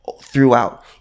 throughout